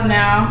now